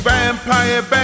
Vampire